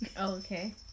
Okay